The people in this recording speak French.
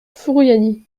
furiani